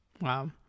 Wow